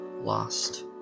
lost